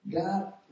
God